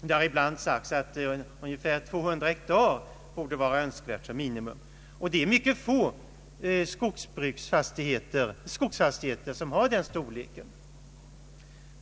Det har ibland sagts att 200 hektar vore önskvärt som minimum, men det är förhållandevis få skogsfastigheter som har den storleken.